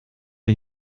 wir